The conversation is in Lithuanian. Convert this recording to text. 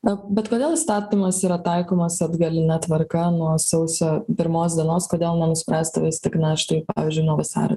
na bet kodėl įstatymas yra taikomas atgaline tvarka nuo sausio pirmos dienos kodėl nenuspręsta vis tik na štai pavyzdžiui nuo vasario